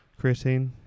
creatine